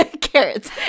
carrots